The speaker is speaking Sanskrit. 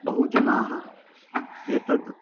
बहवः जनाः एतद्